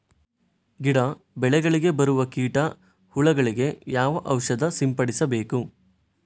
ಗಿಡ, ಬೆಳೆಗಳಿಗೆ ಬರುವ ಕೀಟ, ಹುಳಗಳಿಗೆ ಯಾವ ಔಷಧ ಸಿಂಪಡಿಸಬೇಕು?